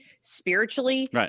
spiritually